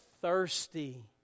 Thirsty